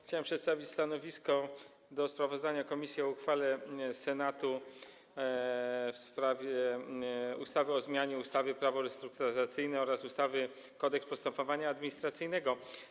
Chciałbym przedstawić stanowisko wobec sprawozdania komisji o uchwale Senatu w sprawie ustawy o zmianie ustawy Prawo restrukturyzacyjne oraz ustawy Kodeks postępowania administracyjnego.